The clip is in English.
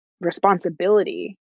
responsibility